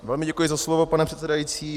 Velmi děkuji za slovo, pane předsedající.